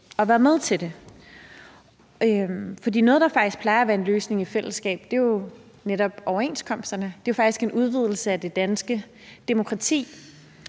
at være med til det. Noget, der faktisk plejer at være en løsning i fællesskab, er netop overenskomsterne. Det er jo faktisk en udvidelse af det danske demokrati.